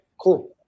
cool